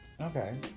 Okay